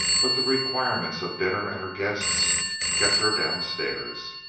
but the requirements of dinner and her guests kept her downstairs.